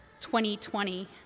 2020